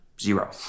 zero